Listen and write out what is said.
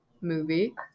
movie